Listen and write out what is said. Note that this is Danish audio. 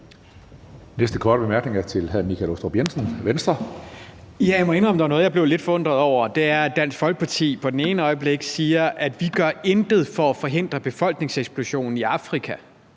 Venstre. Kl. 16:51 Michael Aastrup Jensen (V): Jeg må indrømme, at der var noget, jeg blev lidt forundret over. Det er, at Dansk Folkeparti det ene øjeblik siger, at vi intet gør for at forhindre befolkningseksplosionen i Afrika.